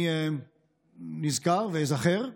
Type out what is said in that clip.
אני נזכר, ואיזכר,